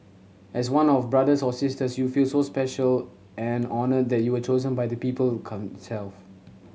as one of brothers or sisters you feel so special and honoured that you were chosen by the people